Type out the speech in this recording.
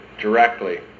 directly